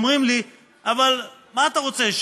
אומרים לי: אבל מה אתה רוצה,